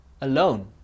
alone